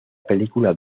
película